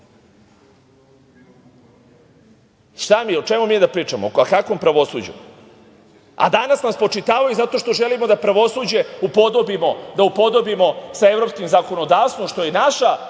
sudija. O čemu mi da pričamo? O kakvom pravosuđu? A danas nam spočitavaju zato što želimo da pravosuđe upodobimo sa evropskim zakonodavstvom, što je naša